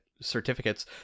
certificates